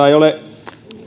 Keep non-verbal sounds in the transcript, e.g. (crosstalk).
(unintelligible) ei ole